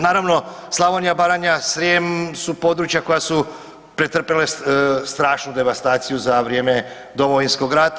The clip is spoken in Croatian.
Naravno Slavonija, Baranja, Srijem su područja koja su pretrpjela strašnu devastaciju za vrijeme Domovinskog rata.